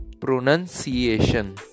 pronunciation